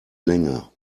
länger